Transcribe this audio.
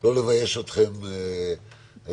לא לבייש אתכם בתפקידי.